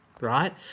right